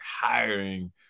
hiring